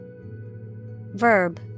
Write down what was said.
Verb